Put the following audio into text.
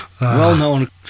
Well-known